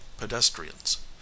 pedestrians